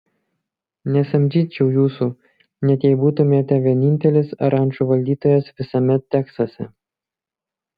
nesamdyčiau jūsų net jei būtumėte vienintelis rančų valdytojas visame teksase